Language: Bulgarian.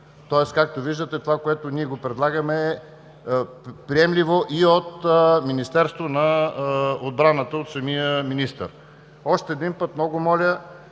Тоест, както виждате, това, което ние предлагаме, е приемливо и от Министерството на отбраната, от самия министър. Още един път много моля,